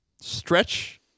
stretch